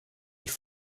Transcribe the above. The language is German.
ich